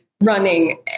running